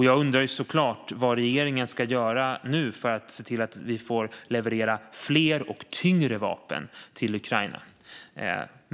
Jag undrar såklart vad regeringen ska göra nu för att se till att vi får leverera fler och tyngre vapen till Ukraina.